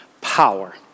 power